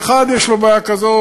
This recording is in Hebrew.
ואחד יש לו בעיה כזאת,